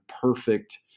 perfect